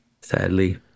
sadly